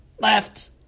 left